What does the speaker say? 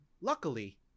luckily